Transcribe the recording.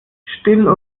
still